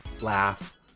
laugh